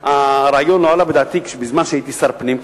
שהרעיון לא עלה בדעתי בזמן שהייתי שר הפנים,